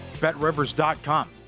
BetRivers.com